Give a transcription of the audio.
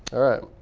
all right,